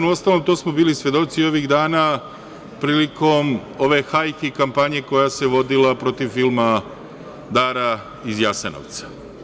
Uostalom, to smo bili svedoci i ovih dana, prilikom ove hajke i kampanje koja se vodila protiv filma „Dara iz Jasenovca“